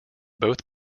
both